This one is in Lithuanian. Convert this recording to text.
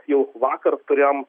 jau vakar turėjom